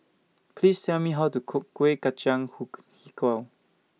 Please Tell Me How to Cook Kueh Kacang Hijau